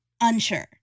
Unsure